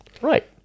Right